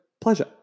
pleasure